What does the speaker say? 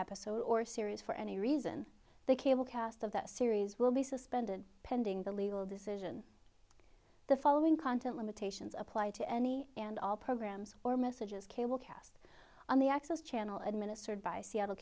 episode or series for any reason the cable cast of that series will be suspended pending the legal decision the following content limitations apply to any and all programs or messages cable cast on the access channel administered by seattle